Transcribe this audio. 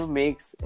makes